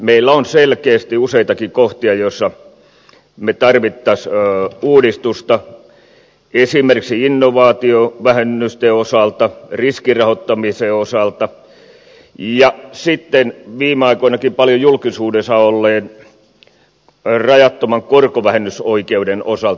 meillä on selkeästi useitakin kohtia joissa me tarvitsisimme uudistusta esimerkiksi innovaatiovähennysten osalta riskirahoittamisen osalta ja viime aikoinakin paljon julkisuudessa olleen rajattoman korkovähennysoikeuden osalta